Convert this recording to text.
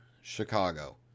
Chicago